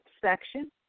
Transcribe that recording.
section